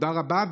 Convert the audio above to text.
תודה רבה,